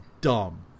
dumb